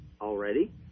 already